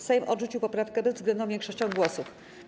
Sejm odrzucił poprawkę bezwzględną większością głosów.